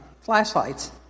flashlights